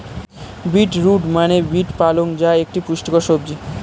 beet root মানে beet পালং যা একটি পুষ্টিকর সবজি